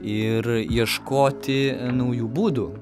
ir ieškoti naujų būdų